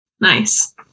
Nice